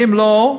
ואם לא,